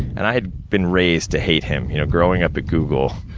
and i had been raised to hate him. you know growing up at google,